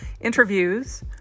interviews